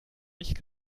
nicht